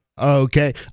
okay